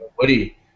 Woody